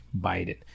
Biden